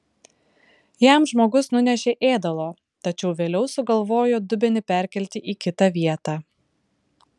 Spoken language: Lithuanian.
jam žmogus nunešė ėdalo tačiau vėliau sugalvojo dubenį perkelti į kitą vietą